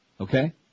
Okay